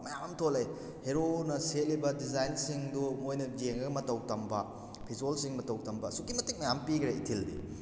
ꯃꯌꯥꯝ ꯑꯃ ꯊꯣꯛꯂꯛꯑꯦ ꯍꯦꯔꯣꯅ ꯁꯦꯠꯂꯤꯕ ꯗꯤꯖꯥꯏꯟꯁꯤꯡꯗꯨ ꯃꯣꯏꯅ ꯌꯦꯡꯂꯒ ꯃꯇꯧ ꯇꯝꯕ ꯐꯤꯖꯣꯜꯁꯤꯡ ꯃꯇꯧ ꯇꯝꯕ ꯑꯁꯨꯛꯀꯤ ꯃꯌꯥꯝ ꯑꯃ ꯄꯤꯈ꯭ꯔꯦ ꯏꯊꯤꯜꯗꯤ